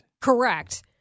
Correct